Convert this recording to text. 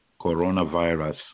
coronavirus